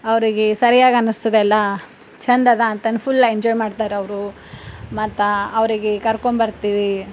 ಅವರಿಗೆ ಸರಿಯಾಗಿ ಅನ್ನಿಸ್ತದಲ್ಲ ಚಂದದ ಅಂತಂದ್ ಫುಲ್ ಎಂಜಾಯ್ ಮಾಡ್ತಾರೆ ಅವರು ಮತ್ತು ಅವರಿಗೆ ಕರ್ಕೊಂಡ್ಬರ್ತೀವಿ